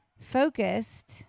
focused